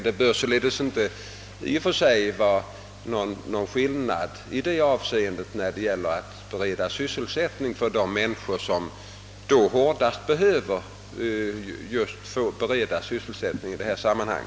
Det bör således inte i och för sig vara någon skillnad när det gäller att bereda sysselsättning för de män niskor som bäst behöver få sysselsättning i detta sammanhang.